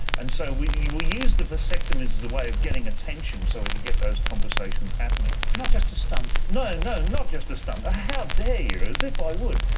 and so we we used the vasectomies as a way of getting attention so we could get those conversations happening. not just a stunt? no, no, not just a stunt. how dare you! as if i would!